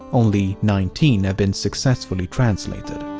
only nineteen have been successfully translated.